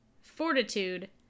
Fortitude